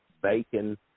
bacon